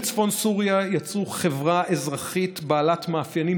הכורדים בצפון סוריה יצרו חברה אזרחית בעלת מאפיינים